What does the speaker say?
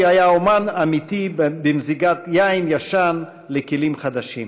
אמיתי במזיגת יין ישן לכלים חדשים.